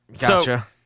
Gotcha